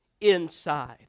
inside